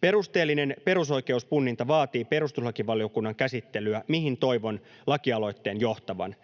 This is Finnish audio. Perusteellinen perusoikeuspunninta vaatii perustuslakivaliokunnan käsittelyä, mihin toivon lakialoitteen johtavan.